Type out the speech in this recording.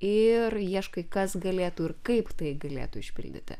ir ieškai kas galėtų ir kaip tai galėtų išpildyti